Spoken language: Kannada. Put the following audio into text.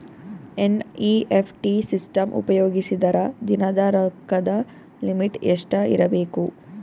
ಎನ್.ಇ.ಎಫ್.ಟಿ ಸಿಸ್ಟಮ್ ಉಪಯೋಗಿಸಿದರ ದಿನದ ರೊಕ್ಕದ ಲಿಮಿಟ್ ಎಷ್ಟ ಇರಬೇಕು?